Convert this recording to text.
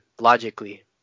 logically